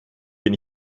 bin